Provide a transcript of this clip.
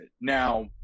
now